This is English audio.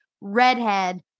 redhead